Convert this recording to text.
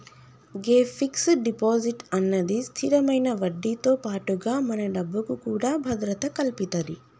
గే fix deposit అన్నది స్థిరమైన వడ్డీతో పాటుగా మన డబ్బుకు కూడా భద్రత కల్పితది